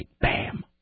Bam